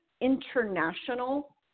international